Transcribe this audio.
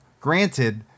granted